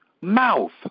mouth